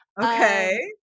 okay